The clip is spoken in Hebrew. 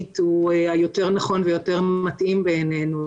הוא יותר נכון ויותר מתאים בעינינו.